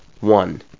One